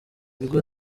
bigo